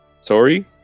Sorry